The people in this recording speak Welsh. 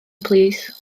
plis